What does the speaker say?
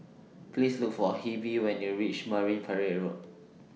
Please Look For Heber when YOU REACH Marine Parade Road